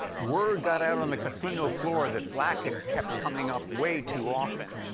word got out on the casino floor that black had kept coming up way too often.